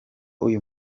uyu